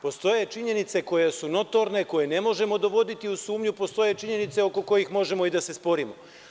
Postoje činjenice koje su notorne, koje ne možemo dovoditi u sumnju, a postoje i činjenice oko kojih možemo i da se sporimo.